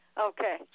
Okay